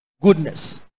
goodness